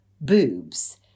boobs